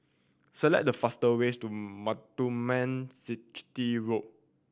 select the fastest way to Muthuraman Chetty Road